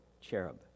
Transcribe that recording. cherub